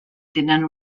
tenen